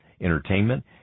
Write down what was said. entertainment